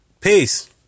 Peace